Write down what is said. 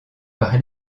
par